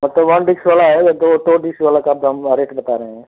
मतलब वन डिक्स वाला आएगा दो तो डिस्क वाला का आप दम रेट बता रहे हैं